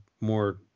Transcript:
more